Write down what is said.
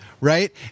Right